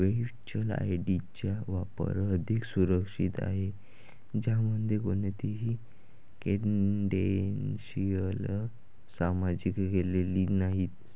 virtual ID चा वापर अधिक सुरक्षित आहे, ज्यामध्ये कोणतीही क्रेडेन्शियल्स सामायिक केलेली नाहीत